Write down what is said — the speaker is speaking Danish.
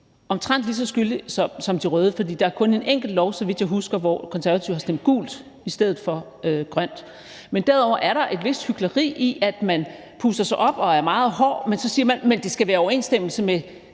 omtrent lige så skyldig som de røde, for der er kun en enkelt lov, så vidt jeg husker, hvor Konservative har stemt gult i stedet for grønt. Derudover er der et vist hykleri i, at man puster sig op og er meget hård, men at man så siger, at det skal være i overensstemmelse med